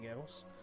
else